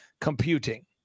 computing